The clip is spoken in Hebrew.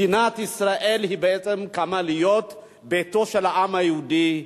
מדינת ישראל בעצם קמה להיות ביתו של העם היהודי.